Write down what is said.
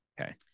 Okay